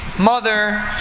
mother